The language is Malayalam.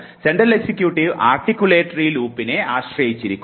സെൻട്രൽ എക്സിക്യൂട്ടീവ് ആർട്ടിക്യുലേറ്ററി ലൂപ്പിനെ ആശ്രയിച്ചിരിക്കുന്നു